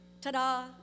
ta-da